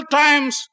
times